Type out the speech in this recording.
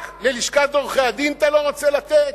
רק ללשכת עורכי-הדין אתה לא רוצה לתת?